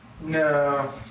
No